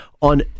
on